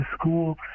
school